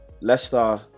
Leicester